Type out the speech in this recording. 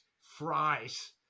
fries